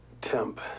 Temp